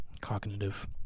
Cognitive